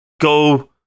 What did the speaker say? go